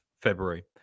February